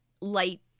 light